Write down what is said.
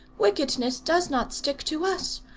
wickedness does not stick to us.